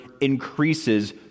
increases